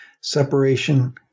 separation